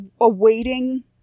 awaiting